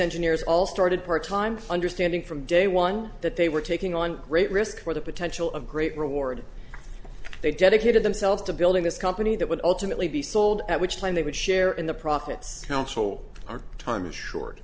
engineers all started part time understanding from day one that they were taking on great risk for the potential of great reward they dedicated themselves to building this company that would ultimately be sold at which time they would share in the profits counsel our time is short